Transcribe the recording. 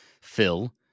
Phil